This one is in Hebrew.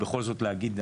בכל זאת להגיד,